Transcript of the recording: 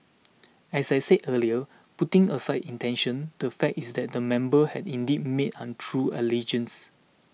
as I said earlier putting aside intention the fact is that the member has indeed made untrue allegations